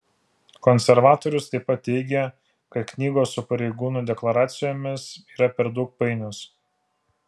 konservatorius taip pat teigė kad knygos su pareigūnų deklaracijomis yra per daug painios